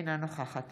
אינה נוכחת